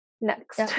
Next